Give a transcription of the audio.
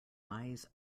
eyes